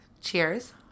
Cheers